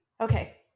Okay